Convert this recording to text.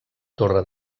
torre